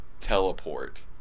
teleport